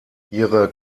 ihre